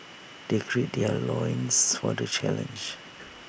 they gird their loins for the challenge